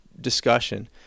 discussion